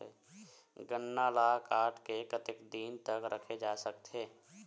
गन्ना ल काट के कतेक दिन तक रखे जा सकथे?